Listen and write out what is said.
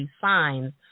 Signs